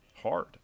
hard